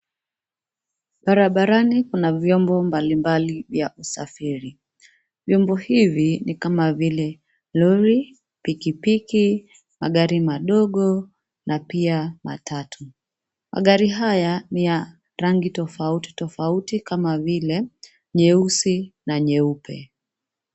Barabarani kuna vyombo mbali mbali vya usafiri. Vyombo hivi ni kama vile: lori, pikipiki, magari madogo na pia matatu. Magari haya ni ya rangi tofauti tofauti kama vile nyeusi na nyeupe.